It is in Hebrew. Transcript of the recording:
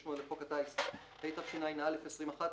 ו-168 לחוק הטיס, התשע"א-2011